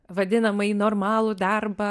vadinamąjį normalų darbą